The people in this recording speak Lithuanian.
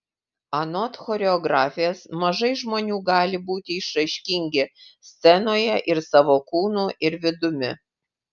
anot choreografės mažai žmonių gali būti išraiškingi scenoje ir savo kūnu ir vidumi